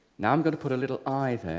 now i'm gonna put a little eye